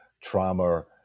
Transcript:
trauma